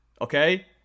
okay